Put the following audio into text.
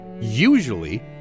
usually